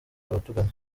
abatugana